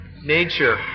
nature